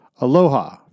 Aloha